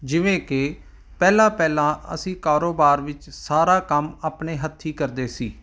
ਜਿਵੇਂ ਕਿ ਪਹਿਲਾਂ ਪਹਿਲਾਂ ਅਸੀਂ ਕਾਰੋਬਾਰ ਵਿੱਚ ਸਾਰਾ ਕੰਮ ਆਪਣੇ ਹੱਥੀਂ ਕਰਦੇ ਸੀ